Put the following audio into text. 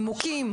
נימוקים.